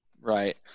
Right